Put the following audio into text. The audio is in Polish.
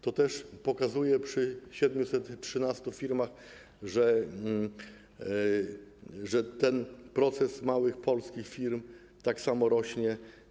To też pokazuje, przy 713 firmach, że ten procent małych polskich firm tak samo rośnie.